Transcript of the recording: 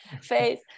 face